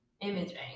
imaging